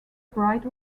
bride